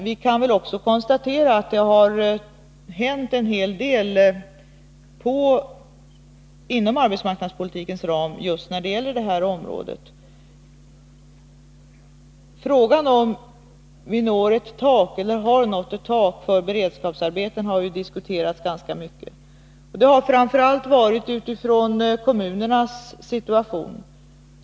Vi kan också konstatera att det har hänt en hel del inom arbetmarknadspolitikens ram just när det gäller detta område. Frågan om vi har nått ett tak för beredskapsarbeten har diskuterats ganska mycket, framför allt utifrån kommunernas situation.